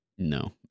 No